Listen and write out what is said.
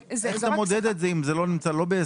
איך אתה מודד את זה אם זה לא נמצא בהסכם?